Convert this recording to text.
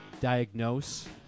diagnose